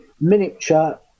miniature